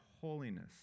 holiness